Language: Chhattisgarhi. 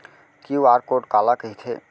क्यू.आर कोड काला कहिथे?